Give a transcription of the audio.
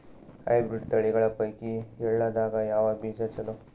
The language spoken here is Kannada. ಹೈಬ್ರಿಡ್ ತಳಿಗಳ ಪೈಕಿ ಎಳ್ಳ ದಾಗ ಯಾವ ಬೀಜ ಚಲೋ?